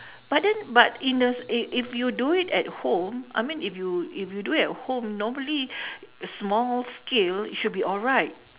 but then but in the s~ if if you do it at home I mean if you if you do it at home normally small scale it should be alright